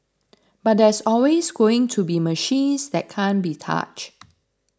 but there's always going to be machines that can't be touched